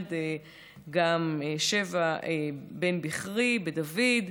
מרד גם שבע בן בכרי בדוד.